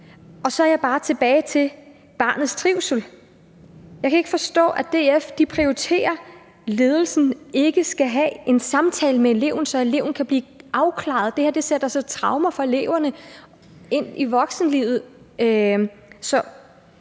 tilbage ved spørgsmålet om barnets trivsel. Jeg kan ikke forstå, at DF prioriterer, at ledelsen ikke skal have en samtale med eleven, så eleven kan blive afklaret. Det her sætter sig som traumer hos eleverne og følger dem ind i voksenlivet.